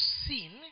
sin